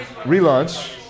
relaunch